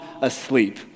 asleep